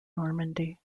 normandy